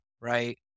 right